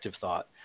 thought